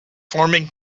forming